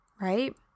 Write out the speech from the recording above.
right